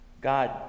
god